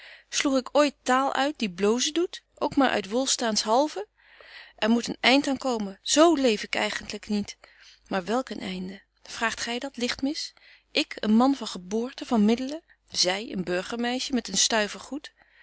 sloeg ik ooit taal uit die blozen doet ook maar uit wolstaans halve er moet een eind aan komen z leef ik eigentlyk niet maar welk een einde vraagt gy dat ligtmis ik een man van geboorte van middelen zy een burgermeisje met een stuiver goed